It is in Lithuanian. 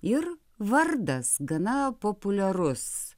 ir vardas gana populiarus